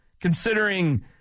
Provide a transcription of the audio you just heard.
considering